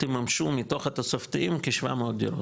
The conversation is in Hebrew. תממשו מתוך התוספתיים כ-700 דירות,